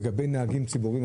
לגבי נהגים ציבוריים,